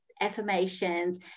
affirmations